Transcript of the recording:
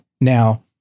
Now